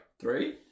Three